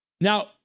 Now